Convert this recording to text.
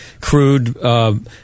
crude –